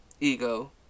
ego